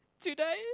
today